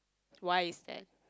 why is that